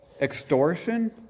Extortion